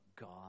God